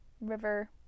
river